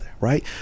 Right